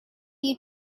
you